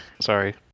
sorry